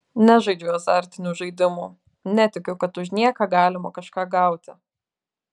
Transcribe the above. nežaidžiu azartinių žaidimų netikiu kad už nieką galima kažką gauti